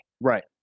Right